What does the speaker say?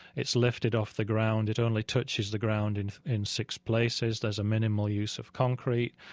it's lifted off the ground, it only touches the ground in in six places, there's a minimal use of concrete,